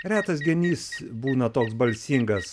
retas genys būna toks balsingas